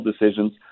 decisions